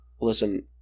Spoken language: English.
Listen